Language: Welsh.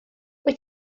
wyt